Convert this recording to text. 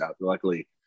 Luckily